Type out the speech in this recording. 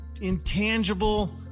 intangible